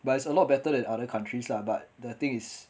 but it's a lot better than other countries lah but the thing is